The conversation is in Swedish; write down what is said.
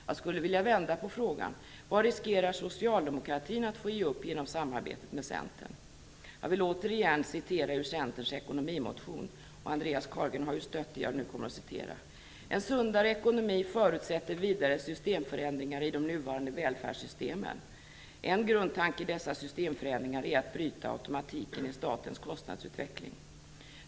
Jag skulle vilja vända på frågan. Vad riskerar socialdemokratin att få ge upp genom samarbetet med Centern? Jag vill återigen citera ur Centerns ekonomimotion - Andreas Carlgren har stött det jag nu citerar: "En sundare ekonomi förutsätter - systemförändringar i de nuvarande välfärdssystemen. - En grundtanke i dessa systemförändringar är att bryta automatiken i statens kostnadsutveckling."